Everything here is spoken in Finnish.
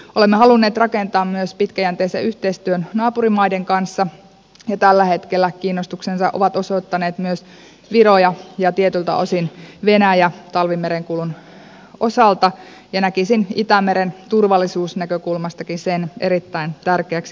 olemme halunneet rakentaa myös pitkäjänteisen yhteistyön naapurimaiden kanssa ja tällä hetkellä kiinnostuksensa ovat osoittaneet myös viro ja tietyiltä osin venäjä talvimerenkulun osalta ja näkisin itämeren turvallisuusnäkökulmastakin sen erittäin tärkeäksi kehittämisalueeksi